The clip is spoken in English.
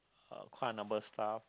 uh quite a number stuff